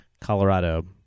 Colorado